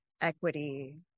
equity